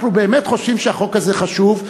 אנחנו באמת חושבים שהחוק הזה חשוב,